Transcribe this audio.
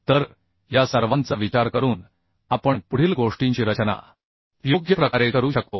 तर या सर्वांचा विचार करून आपण पुढील गोष्टींची रचना योग्य प्रकारे करू शकतो